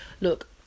look